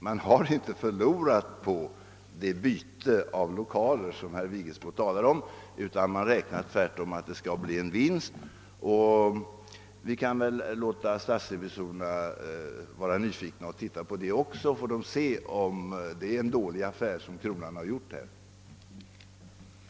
Man har inte förlorat på det byte av lokaler som herr Vigelsbo talat om, utan man räknar tvärtom med att göra en vinst. Men vi kan låta statsrevisorerna se på den saken också, så kan de konstatera om det är en dålig affär som kronan gjort i det fallet.